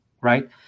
right